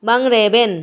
ᱵᱟᱝ ᱨᱮᱵᱮᱱ